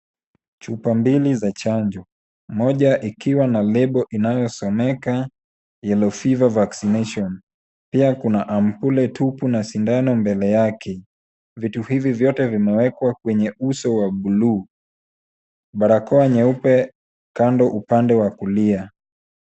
Chupa mbili za chanjo, moja ikiwa na lebo inayosomeka yellow fever vaccination . Pia kuna amkule tupu na sindano mbele yake. Vitu hivi vyote vimewekwa kwenye uso wa buluu. Barakoa nyeupe kando upande wa kulia.